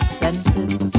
senses